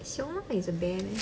熊猫 is a bear meh